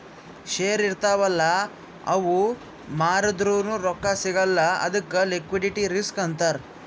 share ಇರ್ತಾವ್ ಅಲ್ಲ ಅವು ಮಾರ್ದುರ್ನು ರೊಕ್ಕಾ ಸಿಗಲ್ಲ ಅದ್ದುಕ್ ಲಿಕ್ವಿಡಿಟಿ ರಿಸ್ಕ್ ಅಂತಾರ್